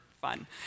fun